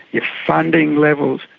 your funding levels,